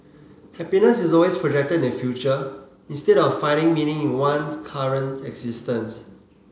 happiness is always projected in the future instead of finding meaning in one's current existence